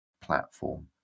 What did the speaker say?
platform